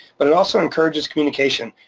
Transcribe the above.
but it also encourages communication.